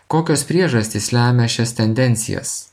kokios priežastys lemia šias tendencijas